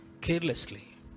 carelessly